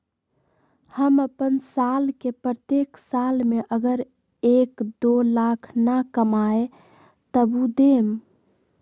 हम अपन साल के प्रत्येक साल मे अगर एक, दो लाख न कमाये तवु देम?